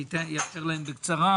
אני אאפשר להם להתייחס בקצרה.